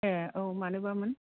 ए औ मानोबामोन